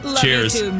Cheers